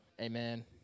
amen